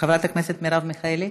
חברת הכנסת מרב מיכאלי,